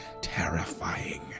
terrifying